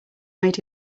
made